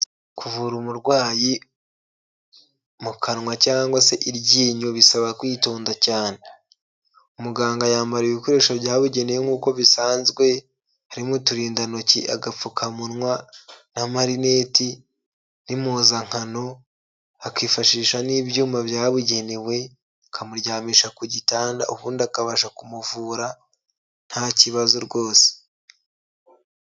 Kuvura umurwayi mu kanwa cyangwa se iryinyo bisaba kwitonda cyane, muganga yambara ibikoresho byabugenewe nk'uko bisanzwe, harimo uturindantoki agapfukamunwa n'amarineti n'impuzankano, akifashisha n'ibyuma byabugenewe akamuryamisha ku gitanda ubundi akabasha kumuvura nta kibazo rwose.